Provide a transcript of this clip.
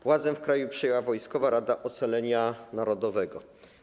Władzę w kraju przejęła Wojskowa Rada Ocalenia Narodowego.